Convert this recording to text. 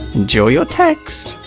enjoy your text!